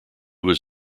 was